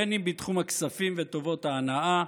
בין אם בתחום הכספים וטובות ההנאה,